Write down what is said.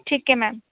ٹھیک ہے میم